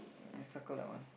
K circle that one